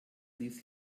ließ